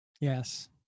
Yes